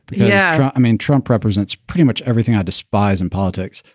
but yeah, i mean, trump represents pretty much everything i despise in politics.